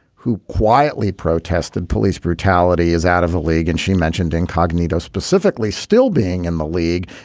who quietly protested police brutality is out of the league. and she mentioned incognito specifically still being in the league.